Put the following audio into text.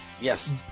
Yes